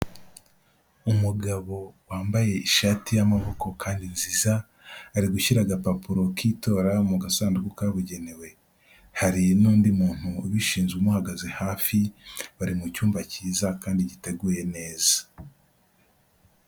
Umugabo wambaye ishati y'amaboko kandi nziza, ari gushyira agapapuro k'itora mu gasanduku kabugenewe, hari n'undi muntu ubishinzwe umuhagaze hafi, bari mu cyumba cyiza kandi giteguye neza.